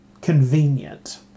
convenient